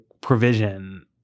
provision